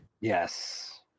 Yes